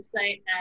website